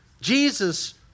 Jesus